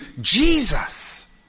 Jesus